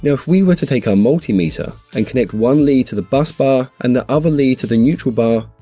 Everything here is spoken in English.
if we were to take our multimeter and connect one lead to the bus bar and the other lead to the neutral bar,